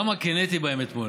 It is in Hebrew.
תקשיב, כמה קינאתי בהם אתמול.